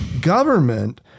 government